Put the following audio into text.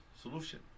solution